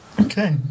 okay